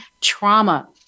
trauma